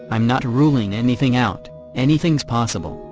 i'm not ruling anything out anything's possible,